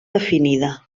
definida